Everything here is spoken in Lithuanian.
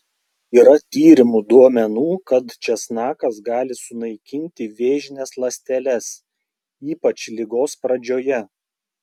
yra tyrimų duomenų kad česnakas gali sunaikinti vėžines ląsteles ypač ligos pradžioje